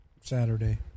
Saturday